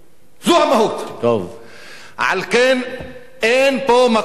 אבל בעצם שתי המדינות